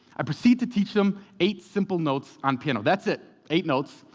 i proceed to teach them eight simple notes on piano. that's it, eight notes.